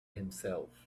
himself